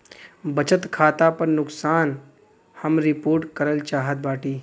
बचत खाता पर नुकसान हम रिपोर्ट करल चाहत बाटी